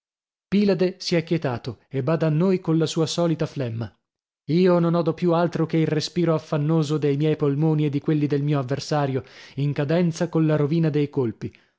pilade si è chetato e bada a noi colla sua solita flemma io non odo più altro che il respiro affannoso dei miei polmoni e di quelli del mio avversario in cadenza colla rovina dei colpi